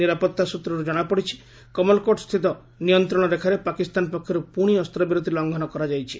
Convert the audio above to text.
ନିରାପତ୍ତା ସୂତ୍ରରୁ ଜଣାପଡିଛି କମଲକୋର୍ଟସ୍ଥିତ ନିୟନ୍ତ୍ରଣ ରେଖାରେ ପାକିସ୍ଥାନ ପକ୍ଷରୁ ପୁଣି ଅସ୍ତ୍ରବିରତି ଲଙ୍ଗନ କରାଯାଇଛି